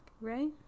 Right